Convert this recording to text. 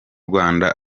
rwanda